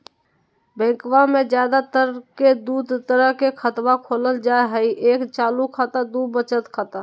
बैंकवा मे ज्यादा तर के दूध तरह के खातवा खोलल जाय हई एक चालू खाता दू वचत खाता